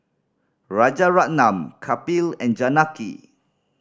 Rajaratnam Kapil and Janaki